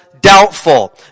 doubtful